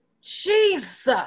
Jesus